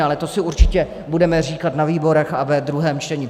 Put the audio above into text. Ale to si určitě budeme říkat na výborech a ve druhém čtení.